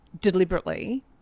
deliberately